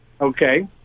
okay